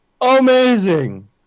amazing